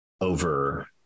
over